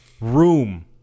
room